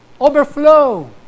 overflow